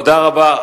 תודה רבה.